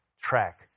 track